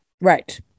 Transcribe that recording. Right